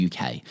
UK